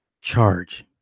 charge